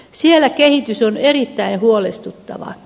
siellä kehitys on erittäin huolestuttavaa